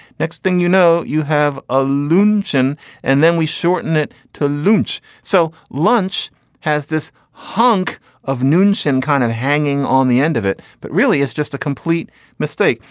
next thing you know you have a luncheon and then we shorten it to lunch so lunch has this hunk of nuance and kind of hanging on the end of it but really it's just a complete mistake.